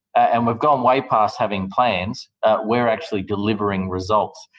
and we've gone way past having plans we're actually delivering results.